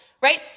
right